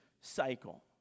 cycle